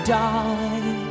die